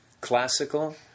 classical